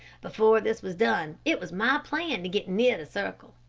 before this was done it was my plan to get near the circle,